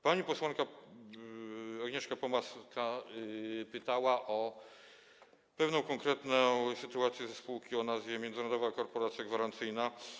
Pani posłanka Agnieszka Pomaska pytała o pewną konkretną sytuację spółki o nazwie Międzynarodowa Korporacja Gwarancyjna.